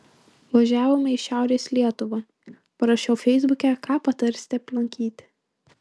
važiavome į šiaurės lietuvą parašiau feisbuke ką patarsite aplankyti